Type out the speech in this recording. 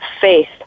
faith